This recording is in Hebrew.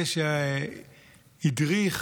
זה שהדריך